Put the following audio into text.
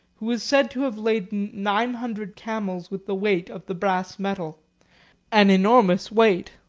who is said to have laden nine hundred camels with the weight of the brass metal an enormous weight,